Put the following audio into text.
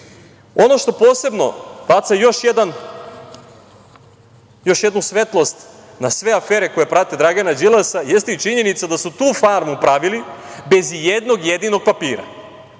što posebno baca još jednu svetlost na sve afere koje prate Dragana Đilasa jeste i činjenica da su tu farmu pravili bez i jednog jedinog papira.